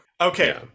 okay